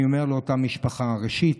אני אומר לאותה משפחה: ראשית,